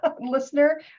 listener